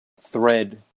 thread